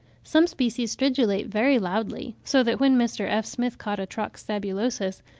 some species stridulate very loudly, so that when mr. f. smith caught a trox sabulosus,